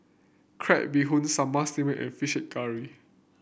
Crab Bee Hoon Sambal Stingray and fish curry